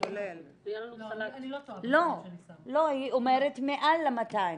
לא, היא אומרת מעל ל-200.